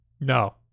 No